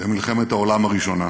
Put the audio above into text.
במלחמת העולם הראשונה.